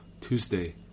Tuesday